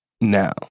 Now